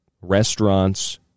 restaurants